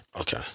Okay